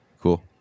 Cool